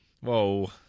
Whoa